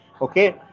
Okay